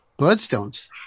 Bloodstones